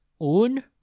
Un